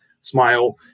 smile